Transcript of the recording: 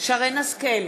שרן השכל,